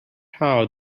how